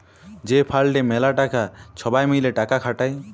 যে ফাল্ডে ম্যালা টাকা ছবাই মিলে টাকা খাটায়